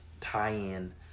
tie-in